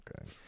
okay